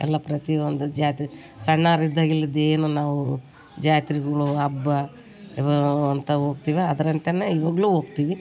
ಎಲ್ಲ ಪ್ರತಿ ಒಂದು ಜಾತ್ರೆ ಸಣ್ಣೋರ್ ಇದ್ದಾಗ ಇಲ್ಲಿದ್ದ ಏನು ನಾವು ಜಾತ್ರೆಗುಳು ಹಬ್ಬಾ ಅಂತ ಹೋಗ್ತೀವಾ ಅದ್ರಂತೇ ಇವಾಗಲೂ ಹೋಗ್ತೀವಿ